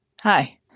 Hi